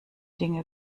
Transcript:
dinge